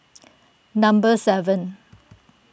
number seven